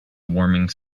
warming